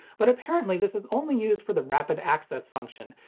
but apparently this is only used for the rapid access function,